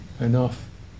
enough